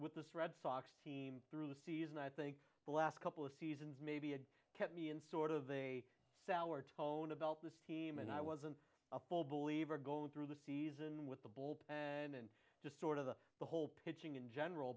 with this red sox team through the season i think the last couple of seasons maybe it kept me in sort of a sour tone about this team and i wasn't a full believer going through the season with the bullpen and just sort of the the whole pitching in general